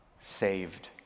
saved